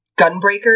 Gunbreaker